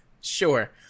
sure